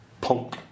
Punk